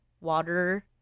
water